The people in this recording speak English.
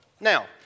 Now